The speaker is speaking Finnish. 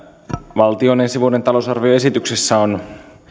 ensi vuoden talousarvioesityksessä on